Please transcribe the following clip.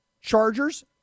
Chargers